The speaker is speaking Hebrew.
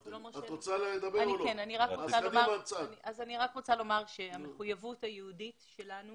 אני רק רוצה לומר שהמחויבות היהודית שלנו